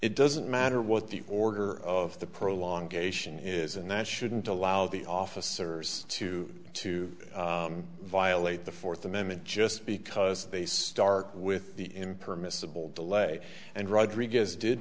it doesn't matter what the order of the pro long cation is and that shouldn't allow the officers to to violate the fourth amendment just because they start with the impermissible de lay and rodriguez did